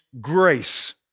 grace